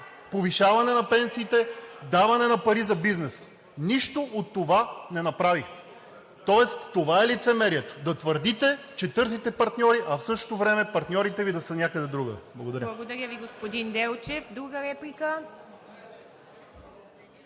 повишаване на пенсиите, даване на пари за бизнеса. Нищо от това не направихте! Тоест това е лицемерието – да твърдите, че търсите партньори, а в същото време партньорите Ви да са някъде другаде. Благодаря. ПРЕДСЕДАТЕЛ ИВА